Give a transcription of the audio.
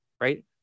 Right